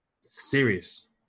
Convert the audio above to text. Serious